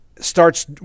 starts